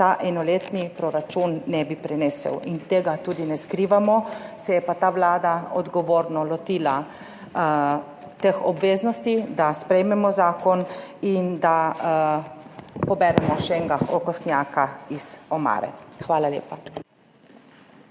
tega enoletni proračun ne bi prenesel, tega tudi ne skrivamo, se je pa ta vlada odgovorno lotila teh obveznosti, da sprejmemo zakon in da poberemo še enega okostnjaka iz omare. Hvala lepa.